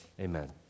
amen